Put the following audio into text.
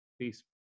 peace